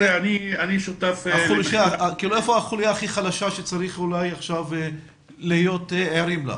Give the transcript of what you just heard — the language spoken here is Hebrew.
היכן החוליה החלשה ביותר שצריך עכשיו להיות ערים לה?